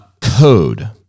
code